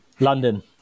London